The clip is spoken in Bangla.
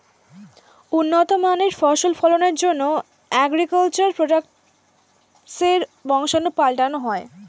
উন্নত মানের ফসল ফলনের জন্যে অ্যাগ্রিকালচার প্রোডাক্টসের বংশাণু পাল্টানো হয়